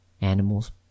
animals